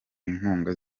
inkunga